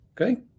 okay